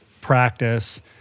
practice